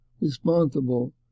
responsible